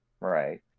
Right